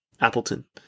Appleton